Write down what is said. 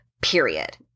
period